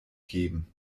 geben